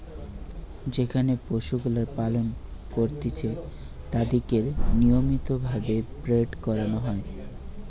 যেখানে পশুগুলার পালন করতিছে তাদিরকে নিয়মিত ভাবে ব্রীড করানো হয়